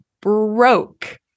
broke